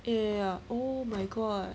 对 ya oh my god